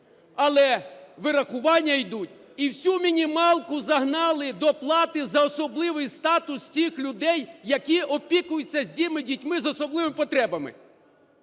Але вирахування йдуть і всюмінімалку загнали доплати за особливий статус цих людей, які опікуються з цими дітьми з особливими потребами.